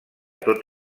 tot